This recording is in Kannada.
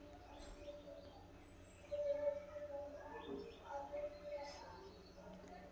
ಅಮೇರಿಕನ್ ಫೋಲಬ್ರೂಡ್ ಕೋಡ ರೋಗಗಳಲ್ಲಿ ಒಂದ